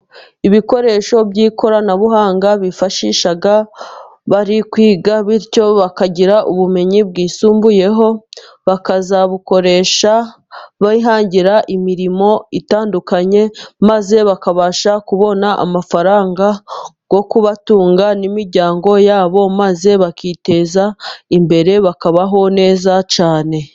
Ibikoresho by'ikoranabuhanga bifashisha bari kwiga, bityo bakagira ubumenyi bwisumbuyeho, bakazabukoresha bihangira imirimo itandukanye, maze bakabasha kubona amafaranga yo kubatunga n'imiryango yabo, maze bakiteza imbere bakabaho neza cyane.